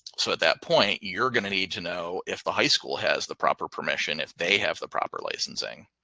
so at that point, you're gonna need to know if the high school has the proper permission if they have the proper licensing.